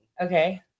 Okay